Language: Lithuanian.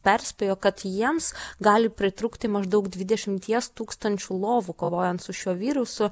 perspėjo kad jiems gali pritrūkti maždaug dvidešimties tūkstančių lovų kovojant su šiuo virusu